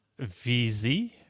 VZ